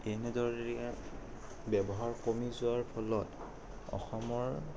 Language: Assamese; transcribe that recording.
এনেদৰে ব্যৱহাৰ কমি যোৱাৰ ফলত অসমৰ